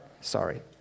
sorry